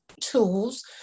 tools